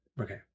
okay